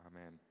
Amen